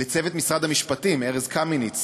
לצוות משרד המשפטים ארז קמיניץ